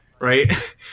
Right